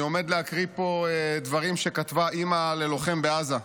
אני עומד להקריא פה דברים שכתבה אימא ללוחם בעזה.